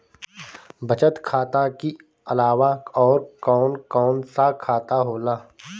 बचत खाता कि अलावा और कौन कौन सा खाता होला?